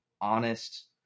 honest